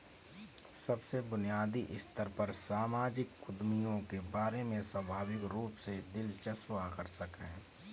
सबसे बुनियादी स्तर पर सामाजिक उद्यमियों के बारे में स्वाभाविक रूप से दिलचस्प आकर्षक है